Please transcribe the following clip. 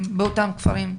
כן.